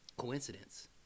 coincidence